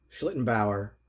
Schlittenbauer